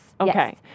Okay